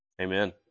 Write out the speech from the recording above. Amen